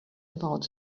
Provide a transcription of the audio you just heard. about